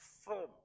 firm